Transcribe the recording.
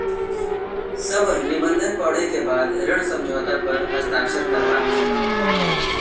सभ निबंधन पढ़ै के बाद ऋण समझौता पर हस्ताक्षर करबाक चाही